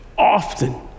often